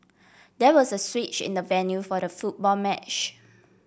there was a switch in the venue for the football match